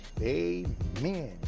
Amen